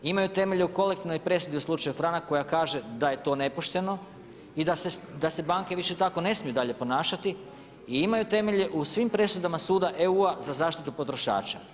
Imaju temelje u kolektivnoj presudi u slučaju franak koja kaže da je to nepošteno i da se banke više tako ne smiju dalje ponašati i imaju temelje u svim presudama suda EU-a za zaštitu potrošača.